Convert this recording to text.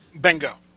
Bingo